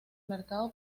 mercado